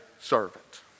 servant